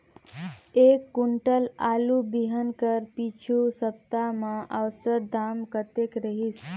एक कुंटल आलू बिहान कर पिछू सप्ता म औसत दाम कतेक रहिस?